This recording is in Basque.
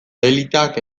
eliteak